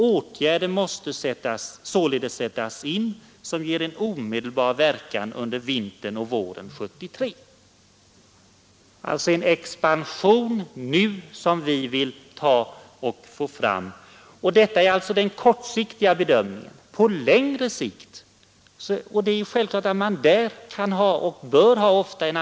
Åtgärder måste således sättas in, som ger en omedelbar verkan under vintern och våren 1973.” Vi vill alltså få fram en expansion nu. Det är bedömningen för den närmaste framtiden.